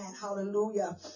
Hallelujah